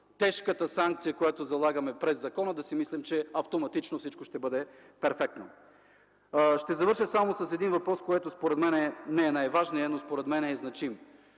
тежката санкция, която залагаме през закона, да си мислим, че автоматично всичко ще бъде перфектно. Ще завърша с един въпрос, който не е най-важният, но според мен е значим.